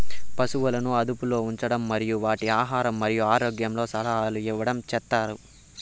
పసువులను అదుపులో ఉంచడం మరియు వాటి ఆహారం మరియు ఆరోగ్యంలో సలహాలు ఇవ్వడం చేత్తారు